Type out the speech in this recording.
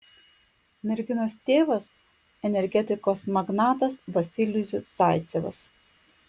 merginos tėvas energetikos magnatas vasilijus zaicevas